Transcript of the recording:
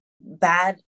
bad